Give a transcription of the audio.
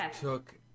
took